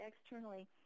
externally